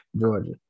Georgia